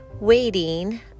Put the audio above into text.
waiting